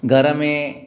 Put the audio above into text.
घर में